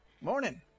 morning